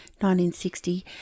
1960